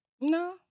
No